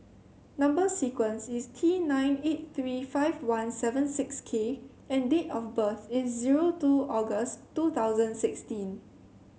number sequence is T nine eight three five one seven six K and date of birth is zero two August two thousand sixteen